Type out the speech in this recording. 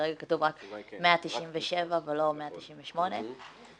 כרגע כתוב רק 197 ולא 198. התשובה היא כן,